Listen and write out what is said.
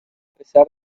pesar